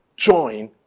Join